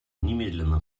немедленно